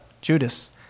Judas